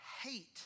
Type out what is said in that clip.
hate